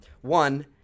One